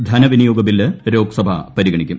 ന് ധനവിനിയോഗ ബ്ലിൽ ലോക്സഭ പരിഗണിക്കും